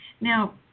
now